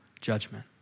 judgment